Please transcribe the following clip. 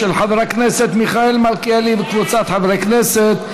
של חבר הכנסת מיכאל מלכיאלי וקבוצת חברי הכנסת.